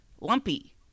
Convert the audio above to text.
lumpy